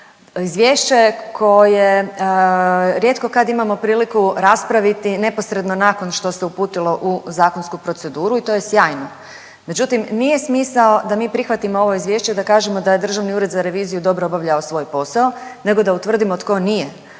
izvješće koje rijetko kad imamo priliku raspraviti neposredno nakon što se uputilo u zakonsku proceduru i to je sjajno, međutim nije smisao da mi prihvatimo ovo izvješće da kažemo da je Državni ured za reviziju dobro obavljao svoj posao nego da utvrdimo tko nije.